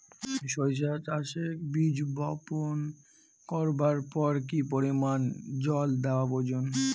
সরিষা চাষে বীজ বপন করবার পর কি পরিমাণ জল দেওয়া প্রয়োজন?